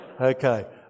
Okay